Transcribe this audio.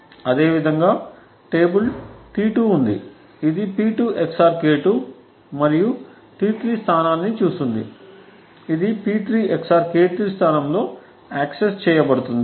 అదేవిధంగా table T2 ఉంది ఇది P2 XOR K2 మరియు T3 స్థానాన్ని చూస్తుంది ఇది P3 XOR K3 స్థానంలో యాక్సెస్ చేయబడుతుంది